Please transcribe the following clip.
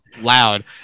loud